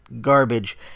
garbage